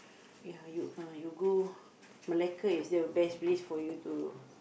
ya you ah you go Malacca is still the best place for you to